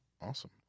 awesome